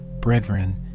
brethren